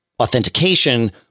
authentication